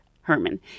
Herman